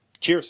Cheers